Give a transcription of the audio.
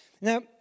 Now